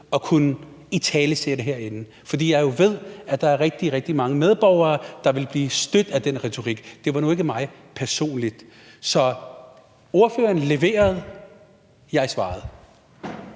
at kunne italesætte herinde, fordi jeg jo ved, at der er rigtig, rigtig mange medborgere, der ville blive stødt af den retorik. Det var nu ikke mig personligt. Så ordføreren leverede – jeg svarede.